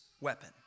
weapon